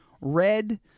red